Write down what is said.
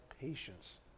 patience